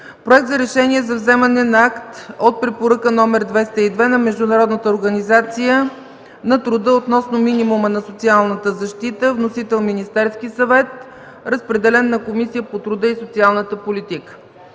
Проект за решение за вземане на акт от Препоръка № 202 на Международната организация на труда относно минимума на социалната защита. Вносител - Министерският съвет. Разпределен е на Комисията по труда и социалната политика.